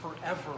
forever